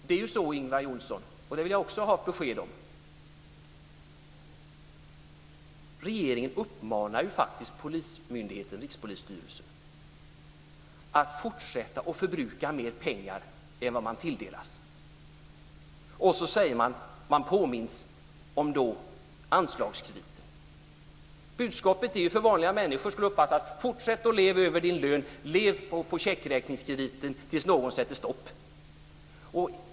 Det är ju så, Ingvar Johnsson - och även om det vill jag ha ett besked - att regeringen faktiskt uppmanar Rikspolisstyrelsen att fortsätta att förbruka mer pengar än vad den tilldelas. Man påminns då om anslagskrediten. Budskapet skulle av vanliga människor uppfattas på följande sätt: Fortsätt att leva över din lön! Lev på checkräkningskrediten tills någon sätter stopp!